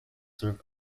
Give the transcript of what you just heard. served